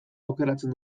aukeratzen